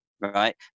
right